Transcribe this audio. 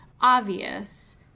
obvious